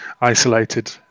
isolated